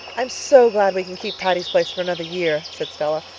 i'm so glad we can keep patty's place for another year, said stella.